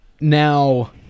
Now